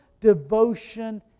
devotion